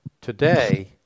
Today